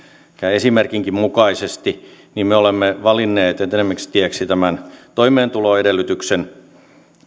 esimerkinkin mukaisesti niin me olemme valinneet etenemistieksi tämän toimeentuloedellytyksen